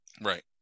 Right